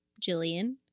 Jillian